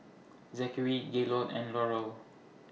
Zakary Gaylord and Laurel